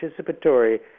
participatory